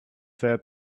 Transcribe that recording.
that